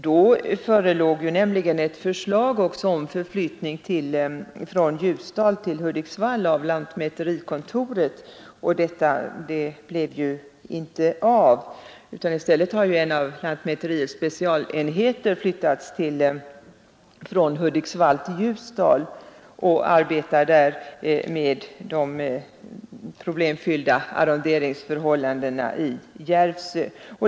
Då förelåg nämligen också ett förslag om förlyttning av lantmäterikontoret från Ljusdal till Hudiksvall. Denna förflyttning blev ju inte av, utan i stället har en av lantmäteriets specialenheter flyttats från Hudiksvall till Ljusdal, och den arbetar där med de problemfyllda arronderingsförhållandena i Järvsö.